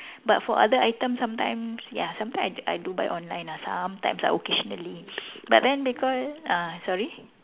but for other item sometimes ya sometimes I I do buy online lah sometimes ah occasionally but then because uh sorry